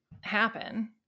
happen